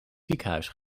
ziekenhuis